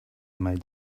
made